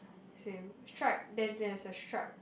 same stripe then there's a stripe